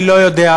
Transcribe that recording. אני לא יודע,